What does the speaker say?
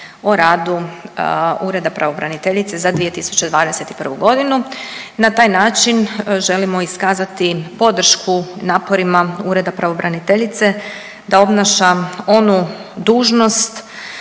o radu Ureda pravobraniteljice za 2021.g., na taj način želimo iskazati podršku naporima Ureda pravobraniteljice da obnaša onu dužnost